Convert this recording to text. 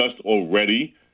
already